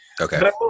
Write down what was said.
Okay